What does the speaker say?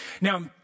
Now